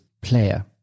Player